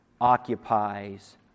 occupies